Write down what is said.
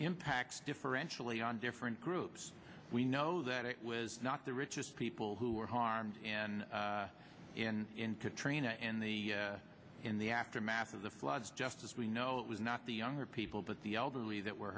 impacts differentially on different groups we know that it was not the richest people who were harmed and in into training in the in the aftermath of the floods just as we know it was not the younger people but the elderly that were